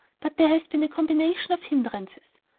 but there has been a combination of hindrances.